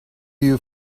you